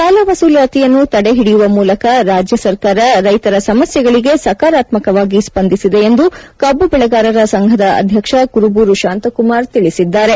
ಸಾಲ ವಸೂಲಾತಿಯನ್ನು ತಡೆ ಹಿಡಯುವ ಮೂಲಕ ರಾಜ್ಯ ಸರ್ಕಾರ ರೈತರ ಸಮಸ್ಯೆಗಳಿಗೆ ಸಕಾರಾತ್ಮಕವಾಗಿ ಸ್ಪಂದಿಸಿದೆ ಎಂದು ಕಬ್ಬು ಬೆಳೆಗಾರರ ಸಂಘದ ಅಧ್ಯಕ್ಷ ಕುರುಬೂರು ಶಾಂತ ಕುಮಾರ್ ತಿಳಿಸಿದ್ದಾರೆ